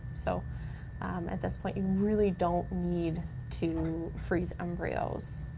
so um and this point, you really don't need to freeze embryos.